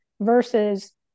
versus